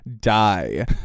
die